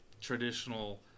traditional